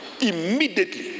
immediately